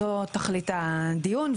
זו תכלית הדיון,